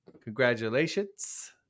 Congratulations